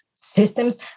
systems